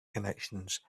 connections